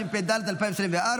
התשפ"ד 2024,